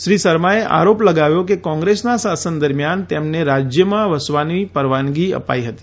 શ્રી શર્માએ આરોપ લગાવ્યો કે કોંગ્રેસના શાસન દરમિયાન તેમને રાજયમાં વસવાની પરવાનગી અપાઇ હતી